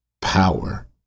power